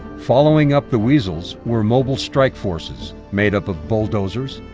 following up the weasels were mobile strikeforces made up of bulldozers,